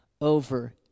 over